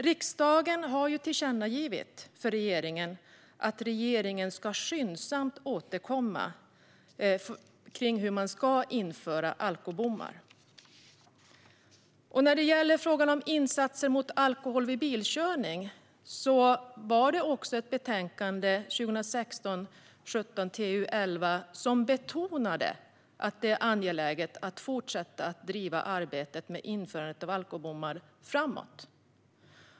Riksdagen har tillkännagivit för regeringen att regeringen skyndsamt ska återkomma med hur man ska införa alkobommar. När det gäller frågan om insatser mot alkohol vid bilkörning betonade utskottet i betänkande 2016/17:TU11 att det är angeläget att fortsätta att driva arbetet med införandet av alkobommar framåt.